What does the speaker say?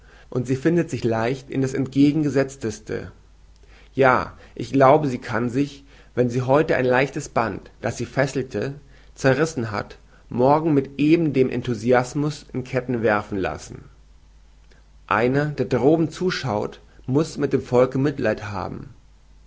und sie findet sich leicht in das entgegengesezteste ja ich glaube sie kann sich wenn sie heute ein leichtes band das sie fesselte zerrissen hat morgen mit eben dem enthusiasmus in ketten werfen lassen einer der droben zuschaut muß mit dem volke mitleid haben